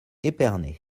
épernay